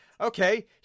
okay